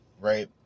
right